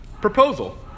proposal